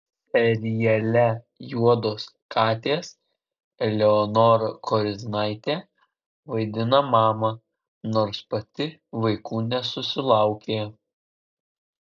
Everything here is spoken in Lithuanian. seriale juodos katės eleonora koriznaitė vaidina mamą nors pati vaikų nesusilaukė